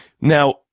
Now